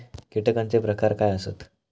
कीटकांचे प्रकार काय आसत?